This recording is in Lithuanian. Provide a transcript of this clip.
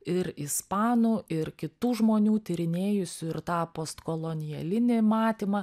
ir ispanų ir kitų žmonių tyrinėjusių ir tą postkolonialinį matymą